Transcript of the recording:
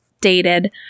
dated